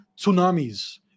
tsunamis